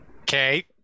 Okay